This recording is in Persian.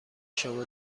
شما